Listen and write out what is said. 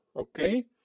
okay